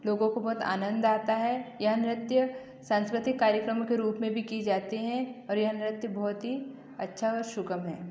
लोगों को बहुत आनंद आता है यह नृत्य संस्कृतिक कार्यक्रमों के रूप में भी की जाते हैं और यह नृत्य बहुत ही अच्छा और सुगम है